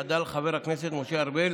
חדל חבר הכנסת משה ארבל